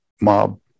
mob